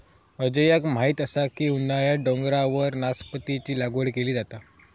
अजयाक माहीत असा की उन्हाळ्यात डोंगरावर नासपतीची लागवड केली जाता